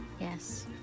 Yes